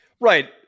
Right